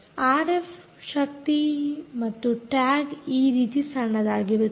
RF ಶಕ್ತಿ ಮತ್ತು tag ಈ ರೀತಿ ಸಣ್ಣದಾಗಿರುತ್ತದೆ